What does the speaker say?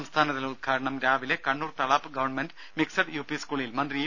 സംസ്ഥാനതല ഉദ്ഘാടനം രാവിലെ Kannur Thalap government mixed UP സ്കൂളിൽ മന്ത്രി ഇ